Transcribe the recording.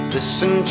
Listen